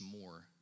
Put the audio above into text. more